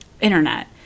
internet